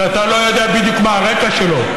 שאתה לא יודע בדיוק מה הרקע שלו.